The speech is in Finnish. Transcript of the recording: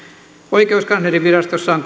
oikeuskanslerinvirastossa on